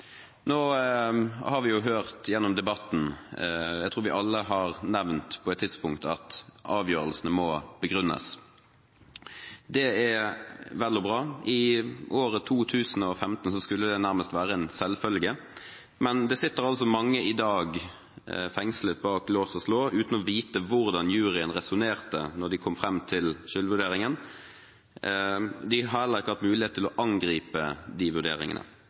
nå, må bygge på to veldig viktige prinsipper. Det første er at rettssikkerheten skal styrkes. Vi har hørt gjennom debatten – jeg tror alle på et tidspunkt har nevnt det – at avgjørelsene må begrunnes. Det er vel og bra. I året 2015 skulle dette nærmest være en selvfølge, men det sitter i dag mange fengslet bak lås og slå uten å vite hvordan juryen resonnerte da den kom fram til skyldvurderingen. De har heller ikke hatt mulighet til